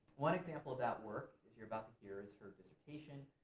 one example of that work, as you're about to hear, is her dissertation,